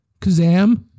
Kazam